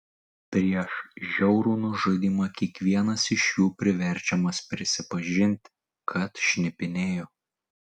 prieš žiaurų nužudymą kiekvienas iš jų priverčiamas prisipažinti kad šnipinėjo